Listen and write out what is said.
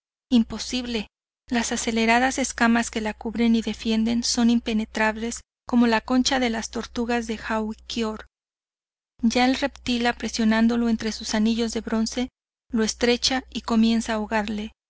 imposible las aceleradas escamas que la cubren y defienden son impenetrables como la concha de las tortugas de jawkior ya el reptil aprisionándolo entre sus anillos de bronce lo estrecha y comienza a ahogarle